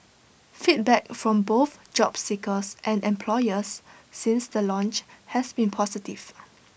feedback from both job seekers and employers since the launch has been positive